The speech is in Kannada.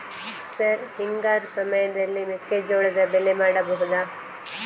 ಸರ್ ಹಿಂಗಾರು ಸಮಯದಲ್ಲಿ ಮೆಕ್ಕೆಜೋಳದ ಬೆಳೆ ಮಾಡಬಹುದಾ?